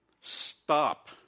Stop